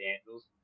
Angels